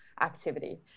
activity